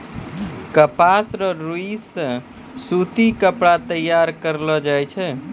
कपास रो रुई से सूती कपड़ा तैयार करलो जाय छै